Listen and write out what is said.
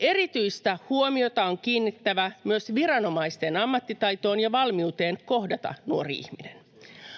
Erityistä huomiota on kiinnitettävä myös viranomaisten ammattitaitoon ja valmiuteen kohdata nuori ihminen.